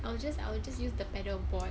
I will just I will just use the paddle board